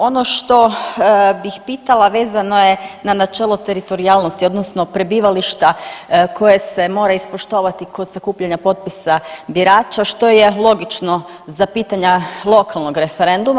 Ono što bih pitala vezano je na načelo teritorijalnosti odnosno prebivališta koje se mora ispoštovati kod sakupljanja potpisa birača što je logično za pitanja lokalnog referenduma.